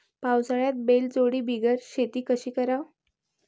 पावसाळ्यात बैलजोडी बिगर शेती कशी कराव?